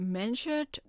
mentioned